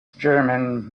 german